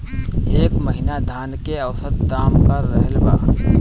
एह महीना धान के औसत दाम का रहल बा?